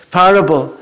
parable